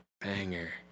Banger